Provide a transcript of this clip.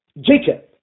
Jacob